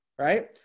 right